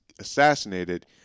assassinated